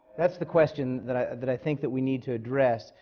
that's the question that i that i think that we need to address.